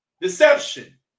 Deception